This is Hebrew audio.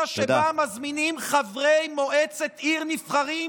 שבה מזמינים חברי מועצת עיר נבחרים,